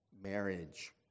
marriage